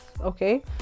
okay